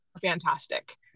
fantastic